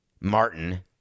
martin